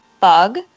bug